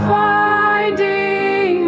finding